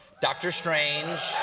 dr. strange.